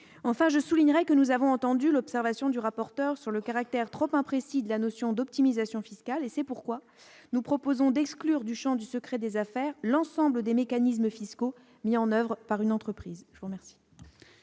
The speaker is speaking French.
Enfin, je soulignerai que nous avons entendu l'observation du rapporteur sur le caractère trop imprécis de la notion d'optimisation fiscale. C'est pourquoi nous proposons d'exclure du champ du secret des affaires l'ensemble des mécanismes fiscaux mis en oeuvre par une entreprise.